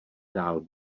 dál